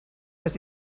was